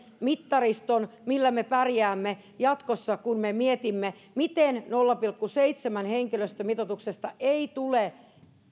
mittariston millä me pärjäämme jatkossa kun me mietimme miten nolla pilkku seitsemän henkilöstömitoituksesta ei tule